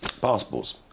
passports